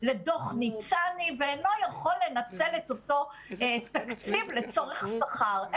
לדוח ניצני ואינו יכול לנצל את אותו תקציב לצורך שכר,